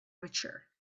mature